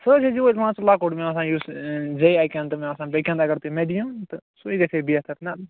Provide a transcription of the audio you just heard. سُہ حظ مان ژٕ لۄکُٹ مےٚ باسان یُس ٲں زیٚیہِ اَکہِ اَنٛد تہٕ مےٚ باسان بیٚکہِ اَنٛد اگر تُہۍ مےٚ دیٖہون تہٕ سُے گَژھہِ ہا بہتر نا